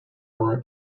hour